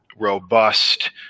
robust